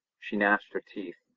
she gnashed her teeth,